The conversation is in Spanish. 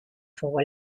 fuego